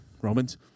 romans